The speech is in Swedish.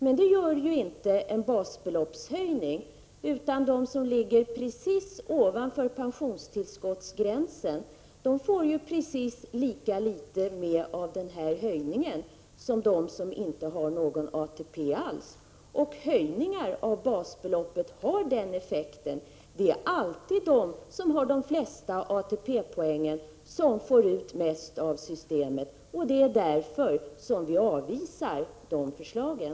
Men det gör inte en höjning av basbeloppet, utan de som ligger precis ovanför pensionstillskottsgränsen får precis lika litet ut av denna höjning som de som inte har någon ATP alls. Höjningar av basbeloppet har den effekten. Det är alltid de som har flest ATP-poäng som får ut mest av systemet. Det är därför som vi avvisar de förslagen.